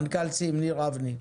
מנכ"ל צים, ניר אבני,